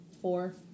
Four